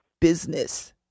business